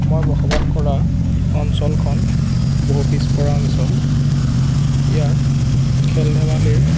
মই বসবাস কৰা অঞ্চলখন বহু পিছপৰা অঞ্চল ইয়াত খেল ধেমালিৰ